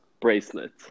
bracelet